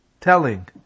telling